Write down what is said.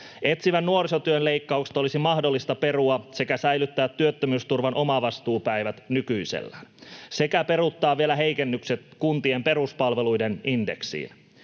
Etsivän nuorisotyön leikkaukset olisi mahdollista perua sekä säilyttää työttömyysturvan omavastuupäivät nykyisellään sekä peruuttaa vielä heikennykset kuntien peruspalveluiden indeksiin.